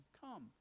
Come